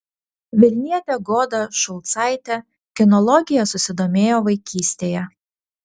vilnietė goda šulcaitė kinologija susidomėjo vaikystėje